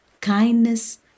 kindness